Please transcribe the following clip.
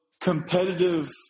competitive –